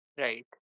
Right